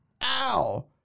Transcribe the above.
Ow